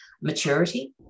maturity